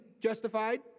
justified